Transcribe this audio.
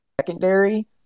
secondary